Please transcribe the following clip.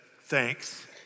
thanks